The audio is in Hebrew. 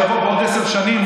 שיבוא בעוד עשר שנים,